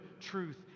truth